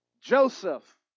Joseph